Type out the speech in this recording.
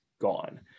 gone